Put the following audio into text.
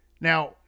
Now